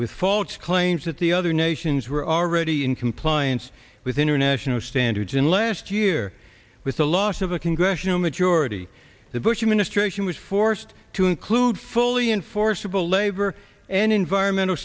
with false claims that the other nations were already in compliance with international standards in last year with the loss of a congressional majority the bush administration was forced to include fully enforceable labor and environmental